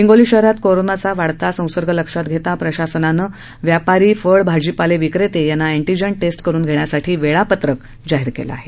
हिंगोली शहरात कोरोनाचा वाढता संसर्ग लक्षात घेता प्रशासनानं व्यापारी फळ भाजीपाला विक्रेत्यांना अँटीजन टेस्ट करून घेण्यासाठी वेळापत्रक जाहीर केलं आहे